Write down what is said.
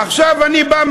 עכשיו אני בא,